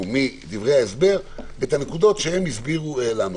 מדברי ההסבר את הנקודות שהם הסבירו לנו,